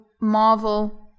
Marvel